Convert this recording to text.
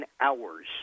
hours